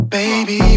Baby